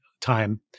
time